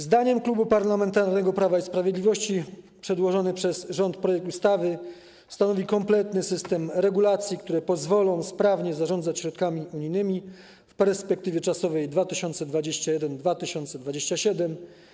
Zdaniem Klubu Parlamentarnego Prawo i Sprawiedliwość przedłożony przez rząd projekt ustawy stanowi kompletny system regulacji, które pozwolą sprawnie zarządzać środkami unijnymi w perspektywie czasowej 2021-2027.